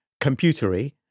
computery